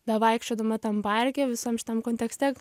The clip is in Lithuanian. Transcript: bevaikščiodama tam parke visam šitam kontekste